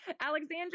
Alexandra